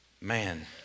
Man